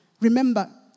Remember